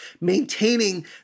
maintaining